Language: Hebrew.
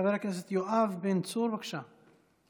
חבר הכנסת יואב בן צור, בבקשה.